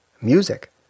music